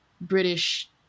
British